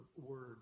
word